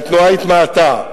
כי התנועה התמעטה.